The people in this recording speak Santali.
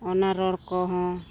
ᱚᱱᱟ ᱨᱚᱲ ᱠᱚᱦᱚᱸ